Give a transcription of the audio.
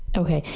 okay.